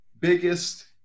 biggest –